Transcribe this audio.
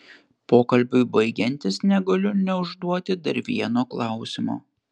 pokalbiui baigiantis negaliu neužduoti dar vieno klausimo